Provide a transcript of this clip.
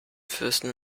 fürsten